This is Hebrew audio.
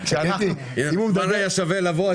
כבר היה שווה לבוא,